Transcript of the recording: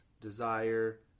desire